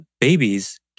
babies